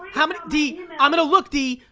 how many? dee, i'm gonna look, dee.